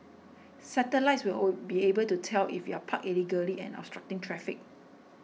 satellites will be able to tell if you're parked illegally and obstructing traffic